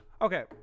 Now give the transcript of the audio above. Okay